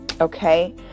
okay